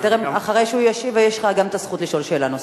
אחרי שהוא ישיב יש לך גם זכות לשאול שאלה נוספת.